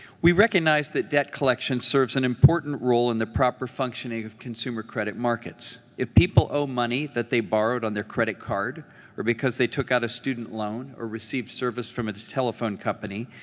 we recognize that debt collection serves an important role in the proper functioning of consumer credit markets. if people owe money that they borrowed on their credit card or because they took out a student loan or received service from a telephone company,